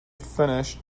finished